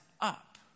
up